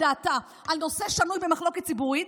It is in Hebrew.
דעתה על נושא השנוי במחלוקת ציבורית.